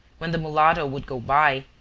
when the mulatto would go by,